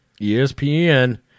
ESPN